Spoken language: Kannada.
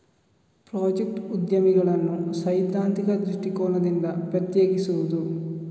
ಪ್ರಾಜೆಕ್ಟ್ ಉದ್ಯಮಿಗಳನ್ನು ಸೈದ್ಧಾಂತಿಕ ದೃಷ್ಟಿಕೋನದಿಂದ ಪ್ರತ್ಯೇಕಿಸುವುದು